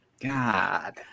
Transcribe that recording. God